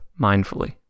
mindfully